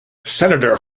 senator